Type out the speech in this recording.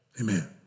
Amen